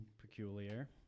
Peculiar